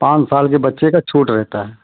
पाँच साल के बच्चे का छूट रहता है